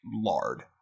lard